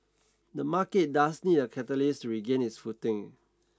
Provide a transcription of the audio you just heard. the market does need a catalyst to regain its footing